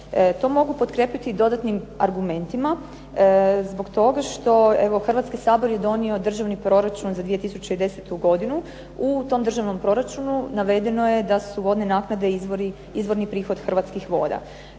To mogu potkrijepiti dodatnim argumentima, zbog toga što evo Hrvatski sabor je donio državni proračun za 2010. godinu. U tom državnom proračunu navedeno je da su vodne naknade izvorni prihod Hrvatskih voda.